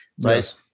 right